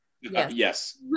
Yes